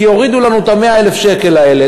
כי הורידו לנו את 100,000 השקלים האלו,